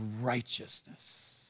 righteousness